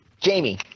Jamie